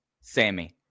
Sammy